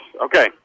okay